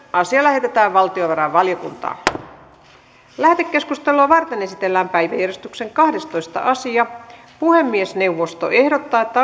asia lähetetään valtiovarainvaliokuntaan lähetekeskustelua varten esitellään päiväjärjestyksen kahdestoista asia puhemiesneuvosto ehdottaa että